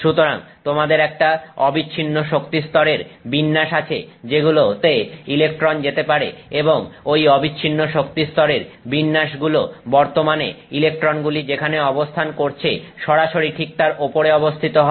সুতরাং তোমাদের একটা অবিচ্ছিন্ন শক্তিস্তরের বিন্যাস আছে যেগুলোতে ইলেকট্রনগুলো যেতে পারে এবং ঐ অবিচ্ছিন্ন শক্তিস্তরের বিন্যাসগুলো বর্তমানে ইলেকট্রনগুলি যেখানে অবস্থান করছে সরাসরি ঠিক তার ওপরে অবস্থিত হয়